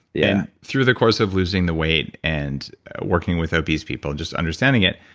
yeah through the course of losing the weight and working with obese people and just understanding it,